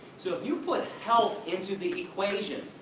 so if you put health into the equation,